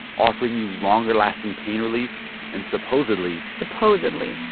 offering you longer-lasting pain relief and supposedly. supposedly.